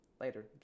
later